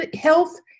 health